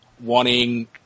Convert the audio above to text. wanting